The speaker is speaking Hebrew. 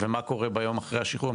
ומה קורה ביום אחרי השחרור,